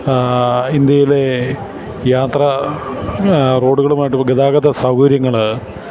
ഇന്ത്യയിലെ യാത്രാ റോഡുകളുമായിട്ട് ഗതാഗത സൗകര്യങ്ങള്